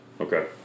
Okay